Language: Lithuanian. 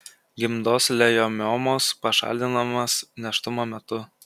gimdos lejomiomos pašalinamas nėštumo metu